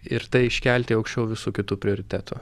ir tai iškelti aukščiau visų kitų prioritetų